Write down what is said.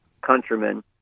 countrymen